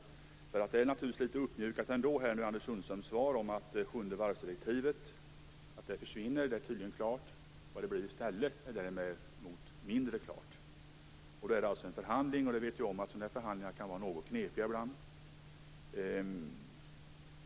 Anders Sundströms svar är litet uppmjukat när han talar om att det tydligen är klart att sjunde varvsdirektivet försvinner. Vad som kommer i stället är däremot mindre klart. Då blir det alltså en förhandling, och vi vet ju att sådana förhandlingar kan vara knepiga.